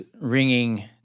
ringing